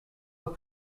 are